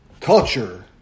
Culture